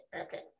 Okay